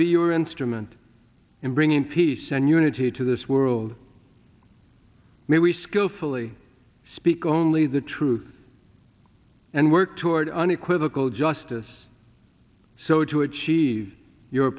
be your instrument in bringing peace and unity to this world may we skillfully speak only the truth and work toward unequivocal justice so to achieve your